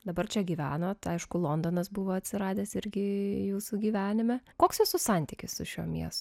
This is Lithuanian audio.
dabar čia gyvenote aišku londonas buvo atsiradęs irgi jūsų gyvenime koks jūsų santykis su šiuo miestu